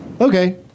Okay